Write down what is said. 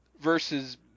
versus